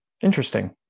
Interesting